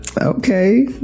Okay